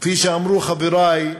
כפי שאמרו חברי,